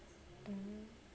ah